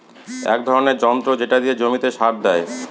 এক ধরনের যন্ত্র যেটা দিয়ে জমিতে সার দেয়